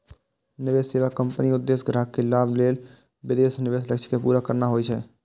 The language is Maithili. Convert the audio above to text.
निवेश सेवा कंपनीक उद्देश्य ग्राहक के लाभ लेल विशेष निवेश लक्ष्य कें पूरा करना होइ छै